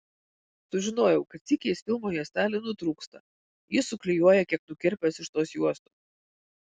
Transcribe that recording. sužinojau kad sykiais filmo juostelė nutrūksta jis suklijuoja kiek nukirpęs iš tos juostos